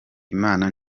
imana